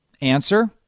Answer